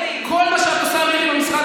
כל מה שאת עושה במשרד,